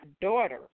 daughter